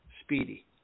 Speedy